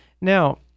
Now